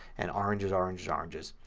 and oranges, oranges, oranges.